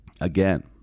Again